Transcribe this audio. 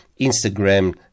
Instagram